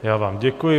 Já vám děkuji.